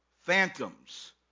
Phantoms